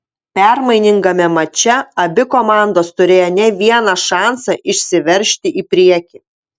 permainingame mače abi komandos turėjo ne vieną šansą išsiveržti į priekį